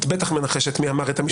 את בטח מנחשת מי אמר את המשפט הזה